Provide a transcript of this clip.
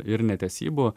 ir netesybų